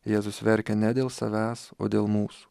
jėzus verkia ne dėl savęs o dėl mūsų